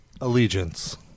allegiance